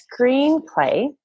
screenplay